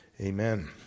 Amen